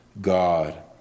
God